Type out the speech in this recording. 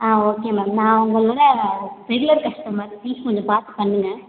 ஆ okay ma'am நான் உங்களோட regular customer please கொஞ்சம் பார்த்து பண்ணுங்க